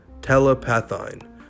telepathine